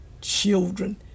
children